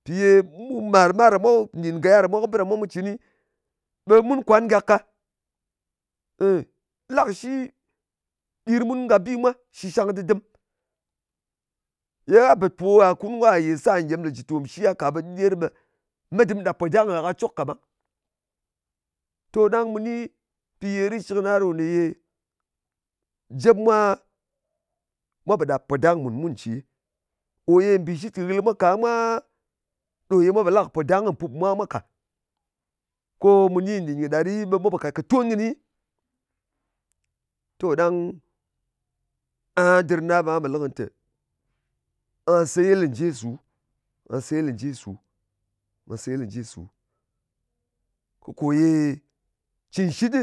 Mpì ye mu mar-mar ɗa mwa, nɗin gaya ɗa mwa, kɨ bɨ da mwa mu cɨnɨ, ɓe mun kwan gak ka. Èy, la kɨ shi ɗir mun ka bi mwa shɨshang dɨdɨm. Ye gha bèt po, gha kun ka ye sar ngyem lē jɨ ntòm shi gha ka, ɓe ɗɨder ɓe met dɨm ɗap podang gha ka cok kaɓang. To ɗang mu ni bi ye ritshɨkna ɗo ne ye jep mwa pò ɗàp kɨ podang mùn mun ce. Ko ye mbìshit kɨ ghɨl mwa ka mwa, ɗo ye mwa pò la kɨ podang pup kɨ mwa mwa ka. Ko mu ni nɗin kɨ ɗa ɗi, ɓe mwa pò kàt kɨ ton kɨni. To, ɗang aha dɨr na ɓa nga pò lɨ kɨnɨ tè, nga seyɨl njesu, nga seyɨl njesu. Nga seyɨl njesu kɨ kò ye cɨn shit ɗɨ